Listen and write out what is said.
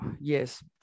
Yes